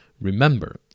remember